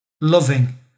Loving